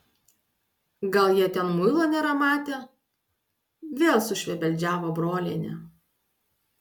gal jie ten muilo nėra matę vėl sušvebeldžiavo brolienė